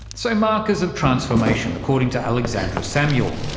so, markers of transformation, according to alexandra samuel,